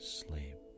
sleep